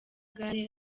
gare